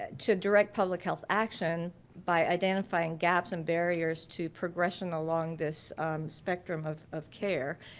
ah to direct public health action by identifying gaps and barriers to progression along this spectrum of of care.